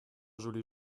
joli